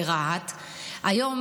ברהט היום,